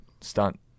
stunt